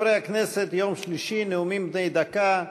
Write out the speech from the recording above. חברי הכנסת, יום שלישי, נאומים בני דקה.